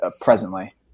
presently